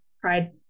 Pride